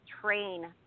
train